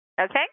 Okay